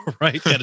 Right